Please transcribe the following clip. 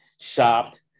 shopped